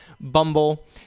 Bumble